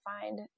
find